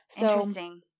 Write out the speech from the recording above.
Interesting